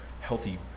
healthy